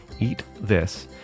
EATTHIS